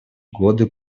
годы